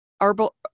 Herbal